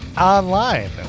online